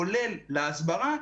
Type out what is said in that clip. כולל להסברה,